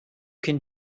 can